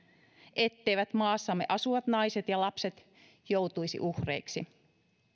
etteivät maassamme asuvat naiset ja lapset joutuisi uhreiksi